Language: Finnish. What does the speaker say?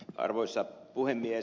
arvoisa puhemies